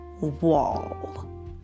wall